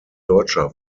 deutscher